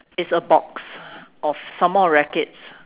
it's a box of some more rackets